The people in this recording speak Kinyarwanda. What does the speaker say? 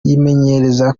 yimenyereza